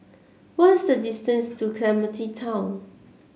what is the distance to Clementi Town